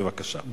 בבקשה.